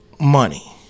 money